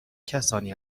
کسانی